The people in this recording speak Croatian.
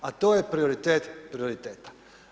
A to je prioritet prioriteta.